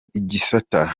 igisata